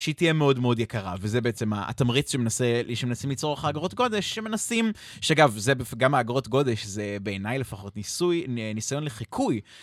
שהיא תהיה מאוד מאוד יקרה, וזה בעצם התמריץ שמנסים ליצור אחר אגרות גודש, שמנסים, שאגב, גם האגרות גודש זה בעיניי לפחות ניסיון לחיקוי.